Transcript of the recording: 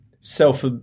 self